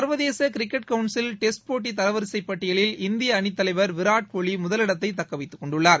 சர்வதேச cricket council test போட்டி தரவரிசை பட்டியலில் இந்திய அணித் தலைவர் விராட் கோலி முதலிடத்தை தக்க வைத்துக்கொண்டுள்ளார்